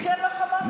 "כן" לחמאס, זה הוא.